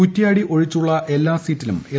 കുറ്റ്യാടി ഒഴിച്ചുള്ള എല്ലാ സീറ്റിലും എൽ